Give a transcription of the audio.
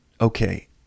okay